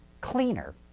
cleaner